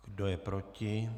Kdo je proti?